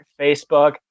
Facebook